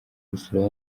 gusura